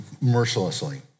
mercilessly